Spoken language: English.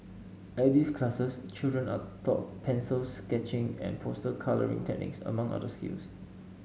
at these classes children are taught pencil sketching and poster colouring techniques among other skills